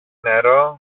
νερό